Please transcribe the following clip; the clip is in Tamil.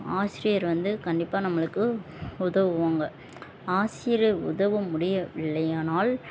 ஆசிரியர் வந்து கண்டிப்பாக நம்மளுக்கு உதவுவாங்க ஆசிரியர் உதவ முடியவில்லையானால்